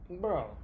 bro